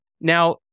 Now